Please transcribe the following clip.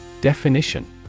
Definition